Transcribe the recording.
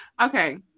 okay